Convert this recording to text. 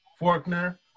Forkner